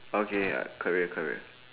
okay ah career career